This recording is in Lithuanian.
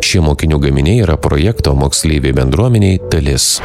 šie mokinių gaminiai yra projekto moksleiviai bendruomenei dalis